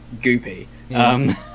goopy